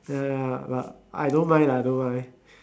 ya ya but I don't mind lah I don't mind